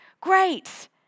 great